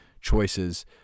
choices